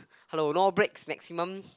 hello no breaks maximum